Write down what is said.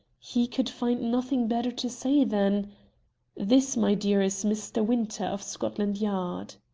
he could find nothing better to say than this, my dear, is mr. winter, of scotland yard.